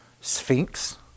Sphinx